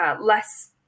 less